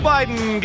Biden